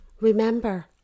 Remember